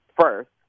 first